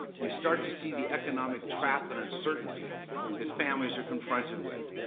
you start to see the economic trap and uncertainty that families are confronted with.